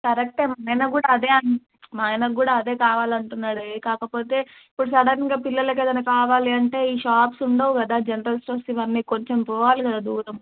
కరక్టే మా ఆయన కూడా అదే అన్ మా ఆయన కూడా అదే కావాలి అంటున్నాడే కాకపోతే ఇప్పుడు సడన్గా పిల్లలకి ఏదైనా కావాలి అంటే ఈ షాప్స్ ఉండవు కదా జనరల్ స్టోర్స్ ఇవన్నీ కొంచెం పోవాలి కదా దూరం